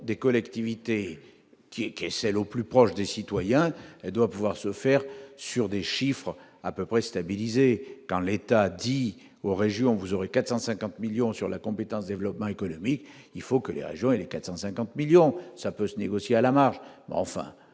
des collectivités qui est qui, celle au plus proche des citoyens et doit pouvoir se faire sur des chiffres à peu près stabilisée quand l'État a dit aux régions, vous aurez 450 millions sur la compétence, développement économique, il faut que les régions et les 450 millions ça peut se négocier à la marge,